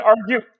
argue